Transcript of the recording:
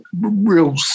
real